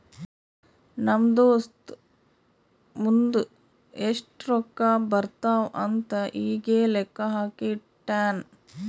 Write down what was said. ನಮ್ ದೋಸ್ತ ಮುಂದ್ ಎಷ್ಟ ರೊಕ್ಕಾ ಬರ್ತಾವ್ ಅಂತ್ ಈಗೆ ಲೆಕ್ಕಾ ಹಾಕಿ ಇಟ್ಟಾನ್